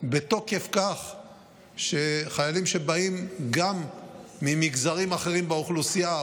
בתוקף זה שחיילים שבאים גם ממגזרים אחרים באוכלוסייה,